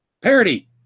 Parody